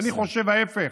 אני חושב ההפך,